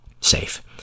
safe